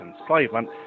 enslavement